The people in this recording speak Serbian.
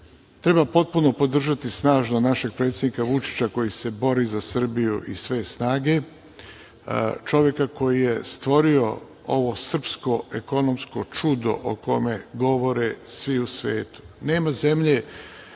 Treba potpuno podržati snažno našeg predsednika Vučića koji se bori za Srbiju iz sve snage, čoveka koji je stvorio ovo srpsko ekonomsko čudo o kome govore svi u svetu. Nema zemlje